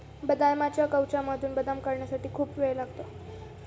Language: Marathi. बदामाच्या कवचामधून बदाम काढण्यासाठी खूप वेळ लागतो